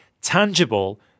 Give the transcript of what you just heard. tangible